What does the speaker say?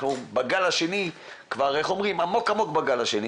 אנחנו בגל השני, איך אומרים, עמוק-עמוק בגל השני.